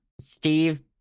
Steve